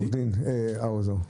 האוזר.